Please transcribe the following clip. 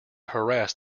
harass